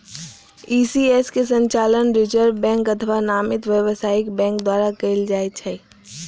ECS के संचालन Reserve Bank अथवा नामित व्यावसायिक बैंक द्वारा कैल जाइ छै